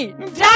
Die